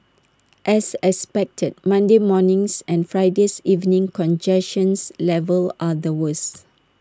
as expected Monday morning's and Friday's evening's congestions levels are the worse